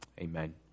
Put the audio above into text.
Amen